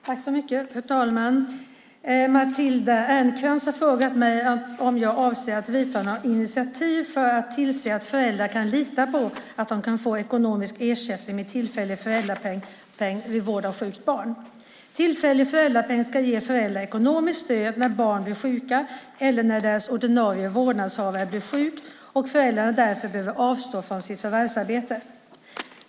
Fru talman! Matilda Ernkrans har frågat mig om jag avser att ta några initiativ för att tillse att föräldrar kan lita på att de kan få ekonomisk ersättning med tillfällig föräldrapenning vid vård av sjukt barn. Tillfällig föräldrapenning ska ge föräldrar ekonomiskt stöd när barn blir sjuka eller när deras ordinarie vårdare blir sjuk och föräldern därför behöver avstå från sitt förvärvsarbete.